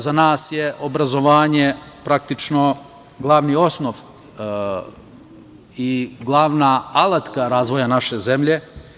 Za nas je obrazovanje praktično glavni osnov i glavna alatka razvoja naše zemlje.